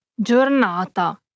Giornata